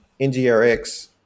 ngrx